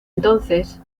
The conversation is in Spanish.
entonces